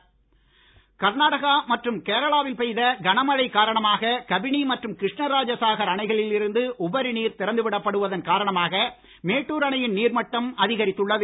மேட்டுர் கர்நாடகா மற்றும் கேரளாவில் பெய்த கனமழை காரணமாக கபினி மற்றும் கிருஷ்ண ராஜசாகர் அணைகளில் இருந்து உபரி நீர் திறந்து விடப்படுவதன் காரணமாக மேட்டுர் அணையின் நீர் நீர் மட்டம் அதிகரித்துள்ளது